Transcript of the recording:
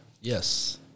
Yes